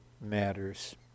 Matters